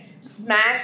smash